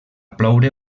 ploure